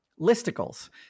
listicles